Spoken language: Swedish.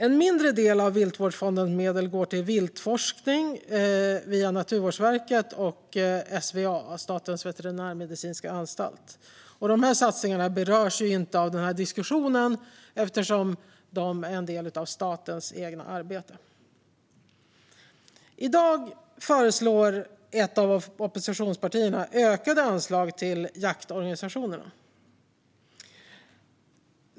En mindre del av Viltvårdsfondens medel går till viltforskning via Naturvårdsverket och SVA, Statens veterinärmedicinska anstalt. Dessa satsningar berörs inte av den här diskussionen eftersom de är en del av statens eget arbete. I dag föreslår ett av oppositionspartierna ökade anslag till jaktorganisationerna.